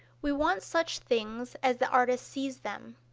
we want such things as the artist sees them.